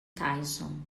tyson